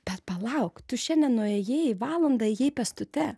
bet palauk tu šiandien nuėjai valandą ėjai pėstute